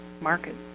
market